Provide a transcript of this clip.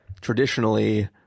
traditionally